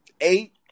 eight